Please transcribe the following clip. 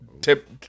Tip